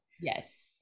Yes